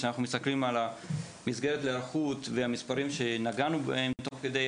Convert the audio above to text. כשאנחנו מסתכלים על המסגרת להיערכות ועל המספרים שנגענו בהם תוך כדי,